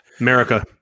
America